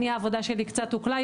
העבודה שלי קצת הוקלה.